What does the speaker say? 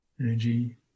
Energy